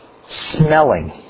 smelling